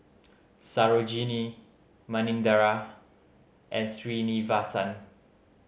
Sarojini Manindra and Srinivasa